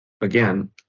again